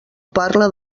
parla